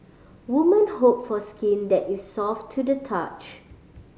woman hope for skin that is soft to the touch